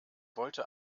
wollte